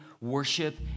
worship